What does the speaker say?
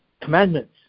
Commandments